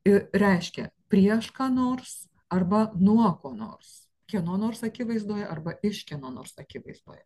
ir reiškia prieš ką nors arba nuo ko nors kieno nors akivaizdoje arba iš kieno nors akivaizdoje